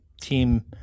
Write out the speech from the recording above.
team